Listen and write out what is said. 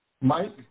Mike